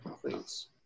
please